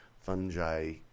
fungi